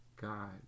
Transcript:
God